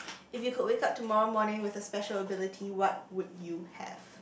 if you could wake up tomorrow morning with a special ability what would you have